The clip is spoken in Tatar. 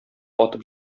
атып